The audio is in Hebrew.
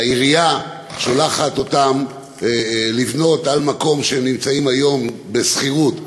העירייה שולחת אותם לבנות במקום שהם נמצאים היום בשכירות,